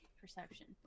perception